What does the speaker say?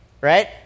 Right